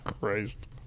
Christ